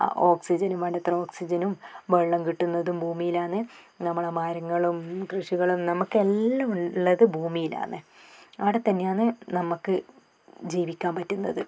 ഓക്സിജനും വേണ്ടത്ര ഓക്സിജനും വെള്ളം കിട്ടുന്നതും ഭൂമിയിലാണ് നമ്മളുടെ മരങ്ങളും കൃഷികളും നമുക്കെല്ലാം ഉള്ളത് ഭൂമിയിലാന്ന് അവിടെ തന്നെയാന്ന് നമുക്ക് ജീവിക്കാൻ പറ്റുന്നത്